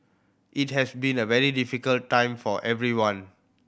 it has been a very difficult time for everyone